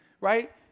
right